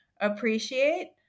appreciate